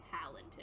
talented